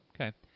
Okay